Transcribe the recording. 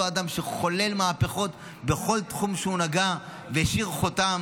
אותו אדם שחולל מהפכות בכל תחום שהוא נגע והשאיר חותם.